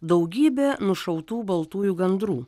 daugybė nušautų baltųjų gandrų